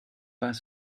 pas